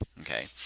Okay